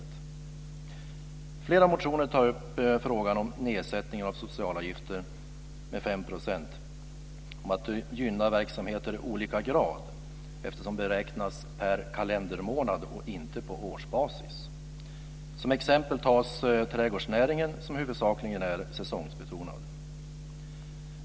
I flera motioner tas frågan om en nedsättning med 5 % av socialavgifterna upp och om att gynna verksamheter i olika grad, eftersom man räknar per kalendermånad och inte på årsbasis. Som exempel tar man upp trädgårdsnäringen som huvudsakligen är säsongsbetonad.